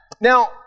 Now